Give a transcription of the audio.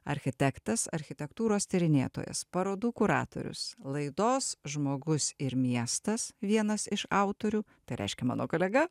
architektas architektūros tyrinėtojas parodų kuratorius laidos žmogus ir miestas vienas iš autorių tai reiškia mano kolega